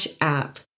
app